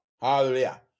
Hallelujah